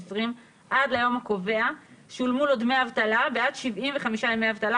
עד ליום הקובע שולמו לו דמי אבטלה בעד 75 ימי אבטלה,